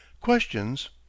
Questions